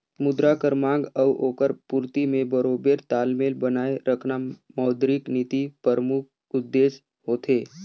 मुद्रा कर मांग अउ ओकर पूरती में बरोबेर तालमेल बनाए रखना मौद्रिक नीति परमुख उद्देस होथे